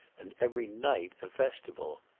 and every night a festival.